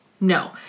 no